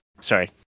sorry